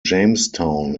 jamestown